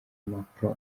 macron